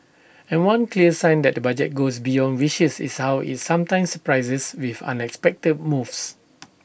and one clear sign that the budget goes beyond wishes is how IT sometimes surprises with unexpected moves